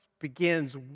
begins